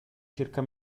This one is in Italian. circa